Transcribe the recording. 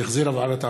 שהחזירה ועדת העבודה,